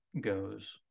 goes